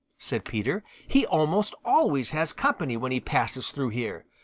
said peter. he almost always has company when he passes through here.